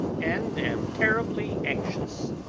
and am terribly anxious.